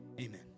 Amen